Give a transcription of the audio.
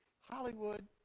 Hollywood